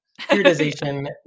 Periodization